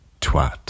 twat